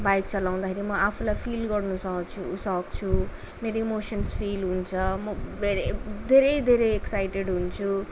bike चलाउँदाखेरि म आफूलाई फिल गर्नसक्छु सक्छु मे वि मोसन फिल हुन्छ म धेरै धेरै धेरै एक्साइटेड हुन्छु